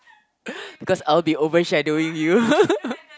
cause I'll be overshadowing you